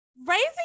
Raising